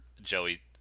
Joey